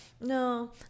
no